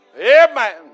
Amen